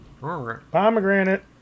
Pomegranate